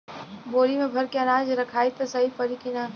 बोरी में भर के अनाज रखायी त सही परी की ना?